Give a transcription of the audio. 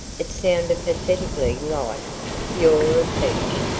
it sounded pathetically like you're a peach.